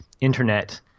internet